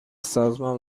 سازمان